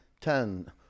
ten